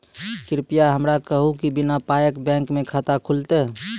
कृपया हमरा कहू कि बिना पायक बैंक मे खाता खुलतै?